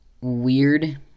weird